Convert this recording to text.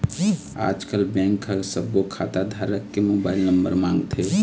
आजकल बेंक ह सब्बो खाता धारक के मोबाईल नंबर मांगथे